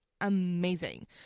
amazing